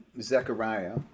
Zechariah